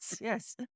yes